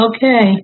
Okay